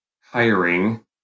hiring